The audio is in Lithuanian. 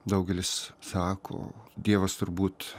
daugelis sako dievas turbūt